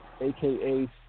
aka